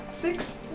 Six